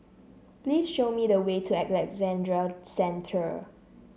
please show me the way to Alexandra Central